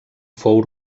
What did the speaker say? fou